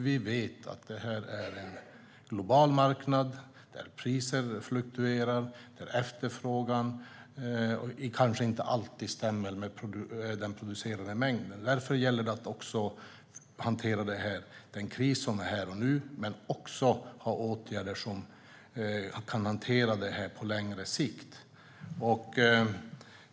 Vi vet att detta är en global marknad där priser fluktuerar och efterfrågan kanske inte alltid stämmer med den producerade mängden. Därför gäller det att hantera den kris som är här och nu men också att vidta åtgärder som kan hantera detta på längre sikt.